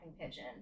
pigeon